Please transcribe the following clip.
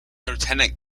lieutenant